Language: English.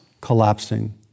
collapsing